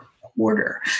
quarter